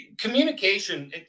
Communication